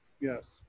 Yes